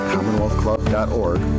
commonwealthclub.org